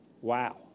Wow